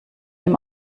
ihm